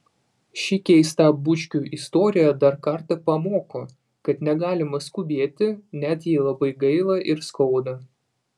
ši keista bučkių istorija dar kartą pamoko kad negalima skubėti net jei labai gaila ir skauda